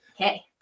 Okay